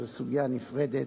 זו סוגיה נפרדת.